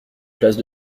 place